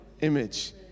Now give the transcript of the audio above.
image